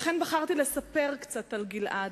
לכן בחרתי לספר קצת על גלעד,